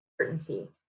certainty